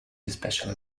especially